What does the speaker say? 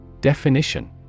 Definition